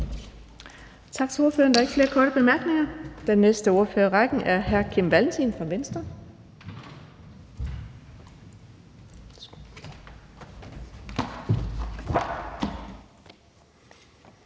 Tak til ordføreren. Der er ikke flere korte bemærkninger. Den næste ordfører i rækken er hr. Kim Valentin fra Venstre.